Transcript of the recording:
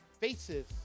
faces